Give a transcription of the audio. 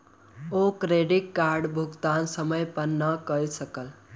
ओ credit कार्डक भुगतान समय पर नै कय सकला